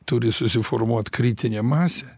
turi susiformuot kritinė masė